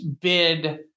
bid